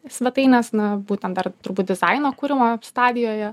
svetaines na būtent dar turbūt dizaino kūrimo stadijoje